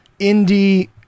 indie